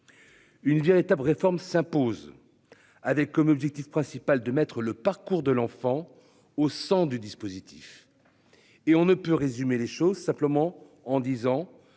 Une véritable réforme s'impose. Avec comme objectif principal de mettre le parcours de l'enfant au centre du dispositif. Et on ne peut résumer les choses simplement en disant